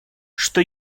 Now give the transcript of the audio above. что